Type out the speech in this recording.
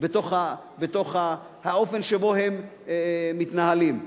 באופן שבו הם מתנהלים.